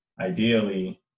ideally